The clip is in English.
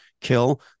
kill